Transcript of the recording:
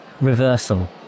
reversal